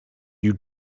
you